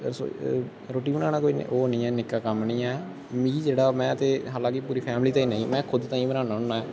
रसोई रोट्टी बनाना कोई ओह् निं ऐ निक्का कम्म निं है मिगी जेह्ड़ा में ते हालांकि पूरी फैमली ते नेईं में खुद ताईं बनाना होना ऐं